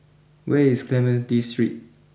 where is Clementi Street